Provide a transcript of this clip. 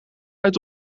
uit